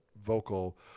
vocal